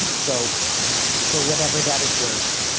and so for whatever that is worth,